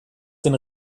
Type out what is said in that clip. den